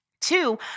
Two